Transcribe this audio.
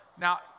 Now